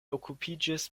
okupiĝis